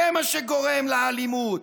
זה מה שגורם לאלימות.